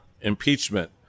impeachment